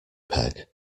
peg